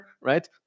right